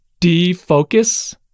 defocus